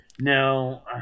No